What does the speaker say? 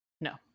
No